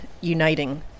uniting